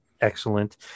excellent